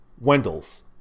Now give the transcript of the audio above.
Wendell's